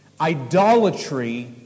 idolatry